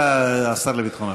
בבקשה, השר לביטחון הפנים.